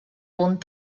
punt